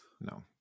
No